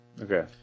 Okay